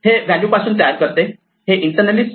हे व्हॅल्यू पासून तयार करते हे इंटरनलि सेल्फ